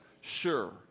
Sure